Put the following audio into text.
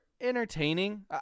entertaining